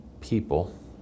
people